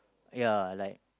ya like